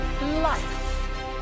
life